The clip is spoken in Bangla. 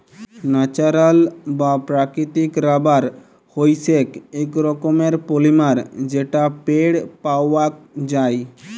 ন্যাচারাল বা প্রাকৃতিক রাবার হইসেক এক রকমের পলিমার যেটা পেড় পাওয়াক যায়